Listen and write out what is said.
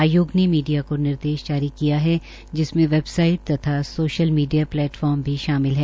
आयोग ने मीडिया को निर्देश जारी किया है जिससे वैबसाइट तथा सोशल मीडिया प्लेटफार्म भी शामिल है